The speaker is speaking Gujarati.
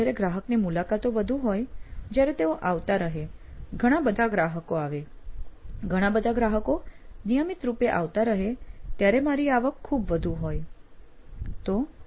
જયારે ગ્રાહકની મુલાકાતો વધુ હોય જયારે તેઓ આવતા રહે ઘણા બધા ગ્રાહક આવે ઘણા ગ્રાહકો નિયમિત રૂપે આવતા રહે ત્યારે મારી આવક ખુબ વધુ હોય